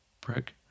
brick